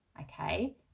okay